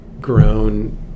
grown